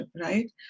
right